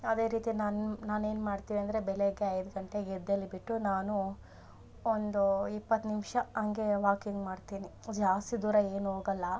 ಅದೇ ರೀತಿ ನನ್ನ ನಾನು ಏನುಮಾಡ್ತೀನಿ ಅಂದರೆ ಬೆಳಗ್ಗೆ ಐದು ಗಂಟೆಗೆ ಎದ್ದೇಳಿ ಬಿಟ್ಟು ನಾನು ಒಂದು ಇಪ್ಪತ್ತು ನಿಮಿಷ ಹಂಗೇ ವಾಕಿಂಗ್ ಮಾಡ್ತೀನಿ ಜಾಸ್ತಿ ದೂರ ಏನು ಹೋಗಲ್ಲ